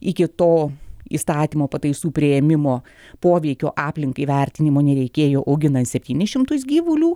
iki to įstatymo pataisų priėmimo poveikio aplinkai vertinimo nereikėjo auginant septynis šimtus gyvulių